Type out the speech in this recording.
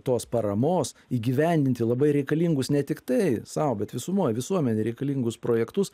tos paramos įgyvendinti labai reikalingus ne tiktai sau bet visumoj visuomenei reikalingus projektus